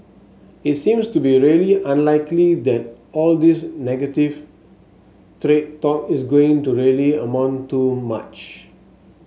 it seems to be really unlikely that all this negative trade talk is going to really amount to much